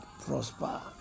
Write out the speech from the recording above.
prosper